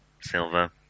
Silver